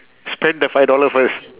spend the five dollar first